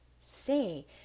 say